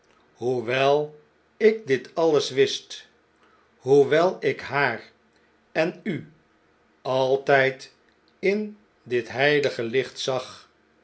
hoewel ik dit alles wist hoewel ik haar en u altijd in dit heilige licht zag